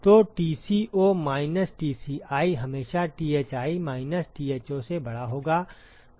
तो Tco minus Tci हमेशा Thi minus Tho से बड़ा होगा